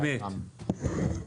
באמת,